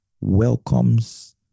welcomes